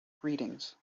greetings